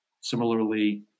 Similarly